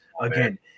again